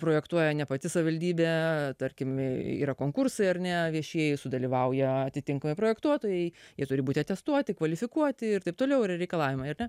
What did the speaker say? projektuoja ne pati savivaldybę tarkime yra konkursai ar ne viešieji sudalyvauja atitinkamai projektuotojai ir turi būti atestuoti kvalifikuoti ir taip toliau reikalavimai yra